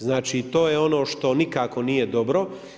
Znači to je ono što nikako nije dobro.